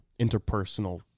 interpersonal